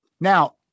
Now